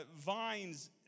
Vines